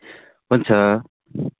हुन्छ